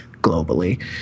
globally